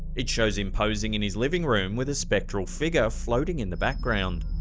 it shows him posing in his living room with a spectral figure floating in the background.